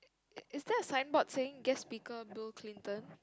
is~ is there a signboard saying guess speaker Bill Clinton